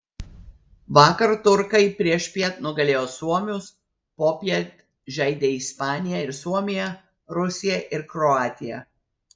vakar turkai priešpiet nugalėjo suomius popiet žaidė ispanija ir suomija rusija ir kroatija